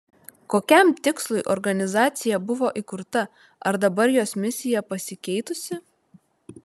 kokiam tikslui organizacija buvo įkurta ar dabar jos misija pasikeitusi